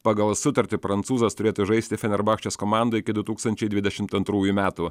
pagal sutartį prancūzas turėtų žaisti fenerbachčės komandoj iki du tūkstančiai dvidešimt atrųjų metų